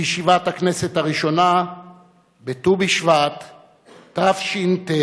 הכנסת הראשונה בט"ו בשבט התש"ט,